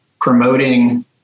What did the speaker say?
promoting